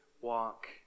walk